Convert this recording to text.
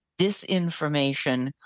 disinformation